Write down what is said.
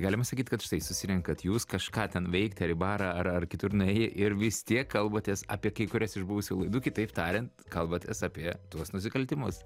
galima sakyt kad štai susirenkat jūs kažką ten veikti ar į barą ar ar kitur nuėję ir vis tiek kalbatės apie kai kurias iš buvusių laidų kitaip tariant kalbatės apie tuos nusikaltimus